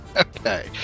Okay